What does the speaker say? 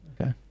Okay